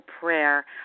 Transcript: prayer